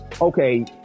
Okay